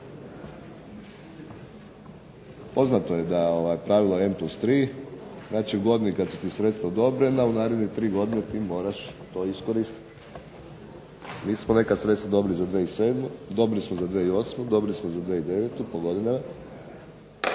Poznato je da pravila …/Govornik se ne razumije./…, znači u godini kad se ta sredstva odobrena u narednih 3 godine ti moraš to iskoristiti. Mi smo neka sredstva dobili za 2007., dobili smo za 2008., dobili smo za 2009. po godinama,